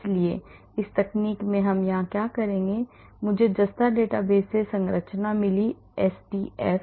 इसलिए इस तकनीक में हम यहां क्या करेंगे मुझे जस्ता डेटाबेस से संरचना मिली एसडीएफ